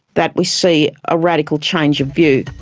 that we see a radical change of view.